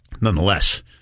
nonetheless